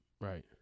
right